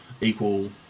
equal